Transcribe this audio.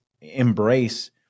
embrace